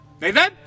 Nathan